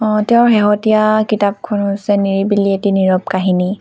তেওঁৰ শেহতীয়া কিতাপখন হৈছে নিৰিবিলি এটি নীৰৱ কাহিনী